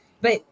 But-